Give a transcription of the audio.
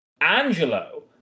Angelo